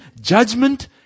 judgment